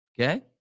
Okay